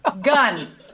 Gun